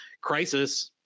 crisis